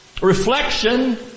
reflection